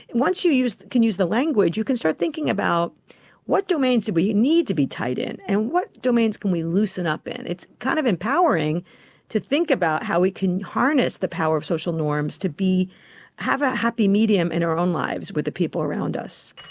and once you can use can use the language, you can start thinking about what domains do we need to be tight in, and what domains can we loosen up in? it's kind of empowering to think about how we can harness the power of social norms to have a happy medium in our own lives with the people around us.